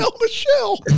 Michelle